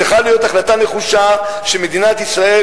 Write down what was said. צריכה להיות החלטה נחושה שמדינת ישראל,